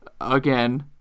again